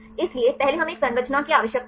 इसलिए पहले हमें एक संरचना की आवश्यकता है